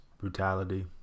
brutality